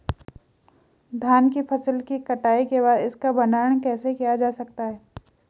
धान की फसल की कटाई के बाद इसका भंडारण कैसे किया जा सकता है?